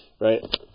right